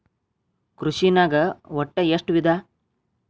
ಕೃಷಿನಾಗ್ ಒಟ್ಟ ಎಷ್ಟ ವಿಧ?